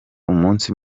umunsi